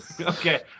okay